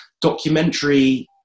documentary